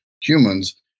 humans